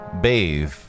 bathe